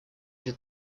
для